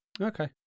Okay